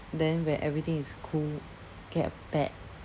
then when everything is cool get a pet